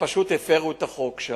שפשוט הפירו שם את החוק.